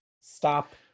Stop